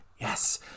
Yes